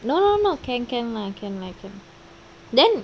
no no no can can [one] can lah can lah then